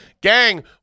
Gang